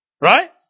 Right